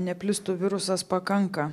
neplistų virusas pakanka